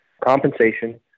compensation